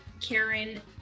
karen